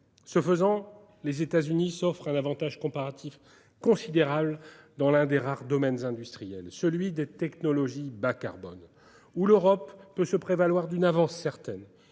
Ce faisant, les États-Unis s'offrent un avantage comparatif considérable dans l'un des rares domaines industriels, celui des technologies bas-carbone, dans lequel l'Europe peut se prévaloir d'une avance certaine.